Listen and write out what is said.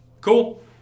Cool